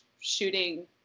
shooting